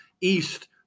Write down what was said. east